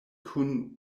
kun